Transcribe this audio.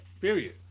Period